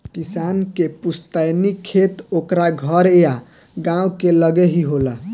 किसान के पुस्तैनी खेत ओकरा घर या गांव के लगे ही होला